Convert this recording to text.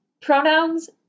pronouns